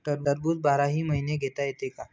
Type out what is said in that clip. टरबूज बाराही महिने घेता येते का?